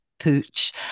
pooch